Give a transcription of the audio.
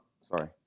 sorry